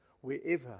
wherever